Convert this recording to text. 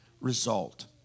result